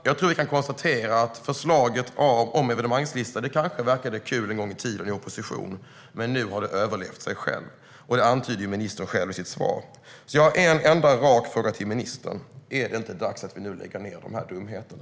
Jag tror att vi kan konstatera att förslaget om en evenemangslista kanske verkade kul en gång i tiden i opposition, men nu har det överlevt sig självt. Det antyder ju ministern själv i sitt svar. Jag har därför en enda rak fråga till ministern: Är det inte dags att vi lägger ned de här dumheterna?